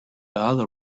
other